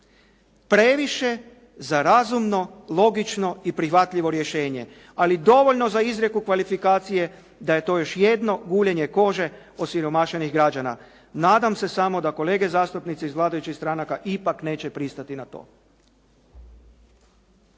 Previše za razumno, logično i prihvatljivo rješenje, ali dovoljno za izrijeku kvalifikacije da je to još jedno guljenje kože osiromašenih građana. Nadam se samo da kolege zastupnici iz vladajućih stranaka ipak neće pristati na to.